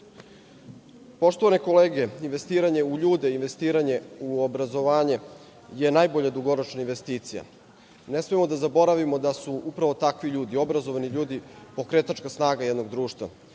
modelu. Poštovane kolege, investiranje u ljude, investiranje u obrazovanje je najbolja dugoročna investicija. Ne smemo da zaboravimo da su upravo takvi ljudi, obrazovani ljudi pokretačka snaga jednog društva.